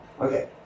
okay